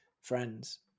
friends